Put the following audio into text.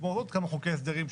כמו עוד כמה חוקי הסדרים,